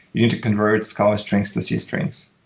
you need to convert scala strings to c strings.